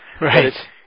Right